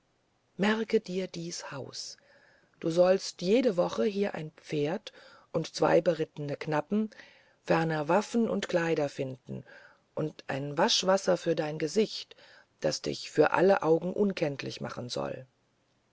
merke dir dies haus du sollst jede woche hier ein pferd und zwei berittene knappen ferner waffen und kleider finden und ein waschwasser für dein gesicht das dich für alle augen unkenntlich machen soll